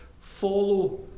follow